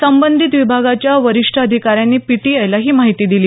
संबंधित विभागाच्या वरिष्ठ अधिकाऱ्यानी पीटीआयला ही माहिती दिली